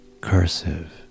cursive